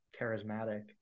charismatic